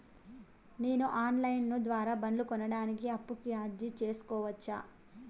నేను online ద్వారా బండ్లు కొనడానికి అప్పుకి అర్జీ సేసుకోవచ్చా?